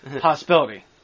possibility